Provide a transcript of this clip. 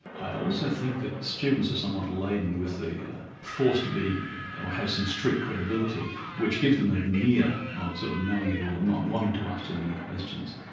i also think that students are somewhat laden with the yeah forced to be or have some street credibility which gives them a veneer of sort of knowing it all and not wanting to ask too many questions.